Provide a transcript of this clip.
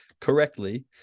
correctly